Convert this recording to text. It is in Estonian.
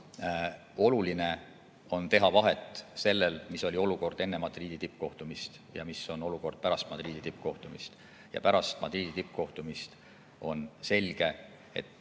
oluline on teha vahet sellel, mis oli olukord enne Madridi tippkohtumist ja mis on olukord pärast Madridi tippkohtumist. Ja pärast Madridi tippkohtumist on selge, et